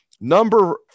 Number